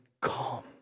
calm